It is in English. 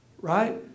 Right